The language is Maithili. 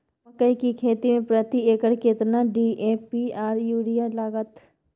मकई की खेती में प्रति एकर केतना डी.ए.पी आर यूरिया लागत?